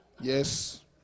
Yes